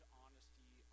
honesty